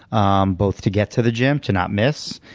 um both to get to the gym, to not miss,